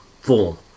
form